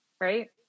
Right